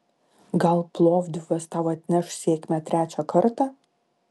gal plovdivas tau atneš sėkmę trečią kartą